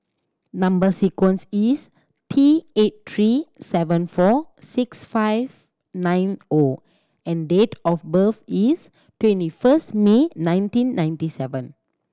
number sequence is T eight three seven four six five nine O and date of birth is twenty first May nineteen ninety seven